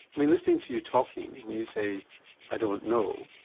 i mean listening to you talking when you say i don't know,